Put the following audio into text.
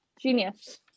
Genius